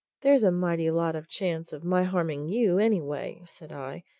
there's a mighty lot of chance of my harming you, anyway! said i,